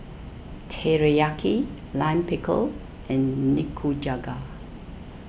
Teriyaki Lime Pickle and Nikujaga